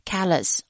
Callous